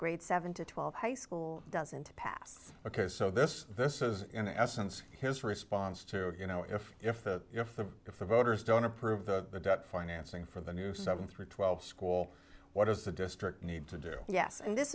grade seven to twelve high school doesn't pass ok so this this is in essence his response to you know if if that if the if the voters don't approve the debt financing for the new seven through twelve school what does the district need to do yes and this